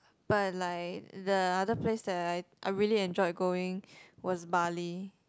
but like the other place that I I really enjoyed going was Bali